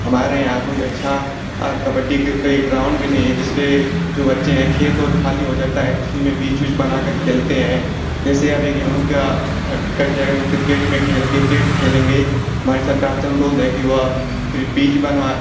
हमारे यहाँ कोई अच्छा कबड्डी के ए ग्राउन्ड भी नही है जिस पर जो बच्चे हैं खेत ओत खाली हो जाता है तो उसी में पिच विच बना कर खेलते हैं जैसे अभी गेहूँ का घट कट जाएगा तो क्रिकेट में खेलें क्रिकेट खेलेंगे हमारी सरकार से अनुरोध है कि वह पीच बनवा